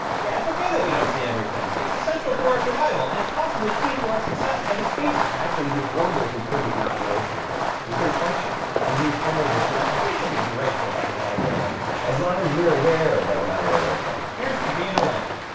yeah, it's ok that we don't see everything. it's essential to our survival and possibly key to our success as a species. actually, it'd be horrible if we couldn't not notice anything. we couldn't function. we'd be eternally distracted. we should be grateful that we're not aware of everything. as long as we're aware that we're not aware of everything. here's to being and aware.